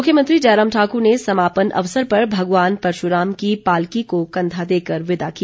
मुख्यमंत्री जयराम ठाकुर ने समापन अवसर पर भगवान परशुराम की पालकी को कंधा देकर विदा किया